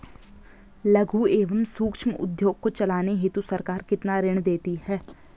लघु एवं सूक्ष्म उद्योग को चलाने हेतु सरकार कितना ऋण देती है?